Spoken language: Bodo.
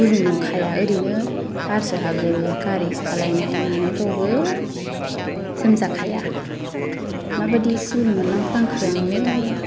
गुदुं नंखाया ओरैनो बारसो हाबजोबो गारि सालायनाय मानायफ्रावबो जोमजाखाया माबायदि सि उल मोनलांफ्लांखो आङो